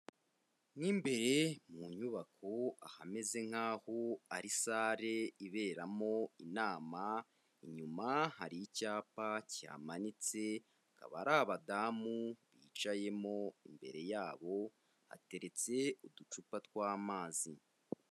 Mwimbere mu nyubako ahameze nk'aho ari sale iberamo inama inyuma hari icyapa kimanitse harabadamu bicayemo imbere yabo hateretse uducupa ttwamazi.